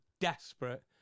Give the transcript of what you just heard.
desperate